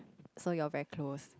so you very close